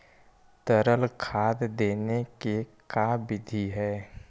तरल खाद देने के का बिधि है?